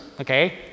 okay